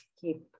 keep